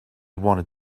wanted